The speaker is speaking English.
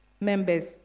members